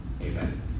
amen